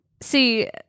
See